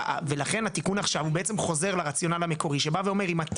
התיקון עכשיו חוזר לרציונל המקורי לפיו אם אתה